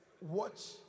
watch